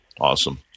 Awesome